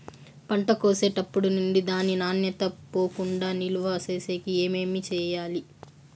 పంట కోసేటప్పటినుండి దాని నాణ్యత పోకుండా నిలువ సేసేకి ఏమేమి చేయాలి?